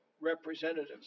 representatives